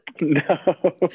No